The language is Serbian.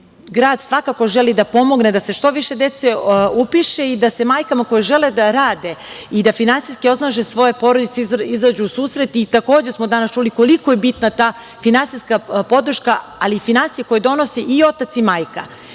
grad svakako želi da pomogne da se što više dece upiše i da se majkama koje žele da rade i da finansijski osnaže svoje porodice, izađu u susret. Takođe smo danas čuli koliko je bitna ta finansijska podrška, ali i finansije koje donose i otac i majka. Ne